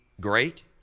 great